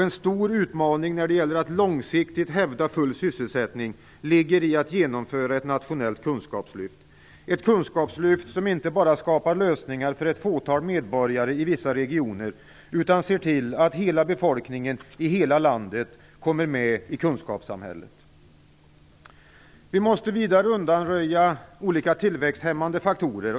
En stor utmaning när det gäller att långsiktigt hävda full sysselsättning ligger i att genomföra ett nationellt kunskapslyft - ett kunskapslyft som inte bara skapar lösningar för ett fåtal medborgare i vissa regioner, utan ser till att hela befolkningen i hela landet kommer med i kunskapssamhället. Vi måste vidare undanröja olika tillväxthämmande faktorer.